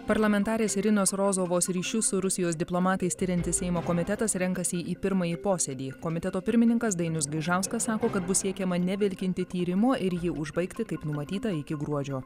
parlamentarės irinos rozovos ryšius su rusijos diplomatais tiriantis seimo komitetas renkasi į pirmąjį posėdį komiteto pirmininkas dainius gaižauskas sako kad bus siekiama nevilkinti tyrimo ir jį užbaigti kaip numatyta iki gruodžio